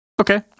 Okay